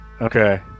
Okay